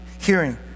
hearing